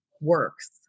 works